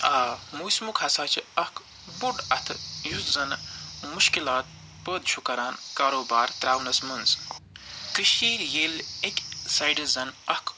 آ موسمُک ہَسا چھِ اکھ بوٚڈ اَتھٕ یُس زنہٕ مشکِلات پٲدٕ چھُ کَران کارو بار ترٛاونس منٛز کٔشیٖرِ ییٚلہِ اَکہِ سایڈٕ زن اکھ